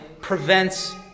prevents